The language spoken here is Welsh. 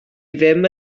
ddim